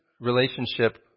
relationship